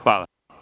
Hvala.